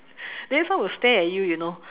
then some will stare at you you know